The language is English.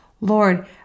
Lord